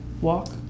walk